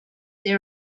there